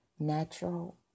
Natural